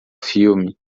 filme